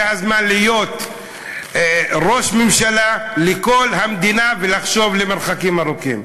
זה הזמן להיות ראש ממשלה לכל המדינה ולחשוב למרחקים ארוכים.